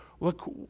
Look